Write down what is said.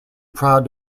proud